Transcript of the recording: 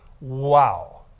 Wow